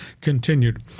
continued